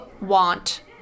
want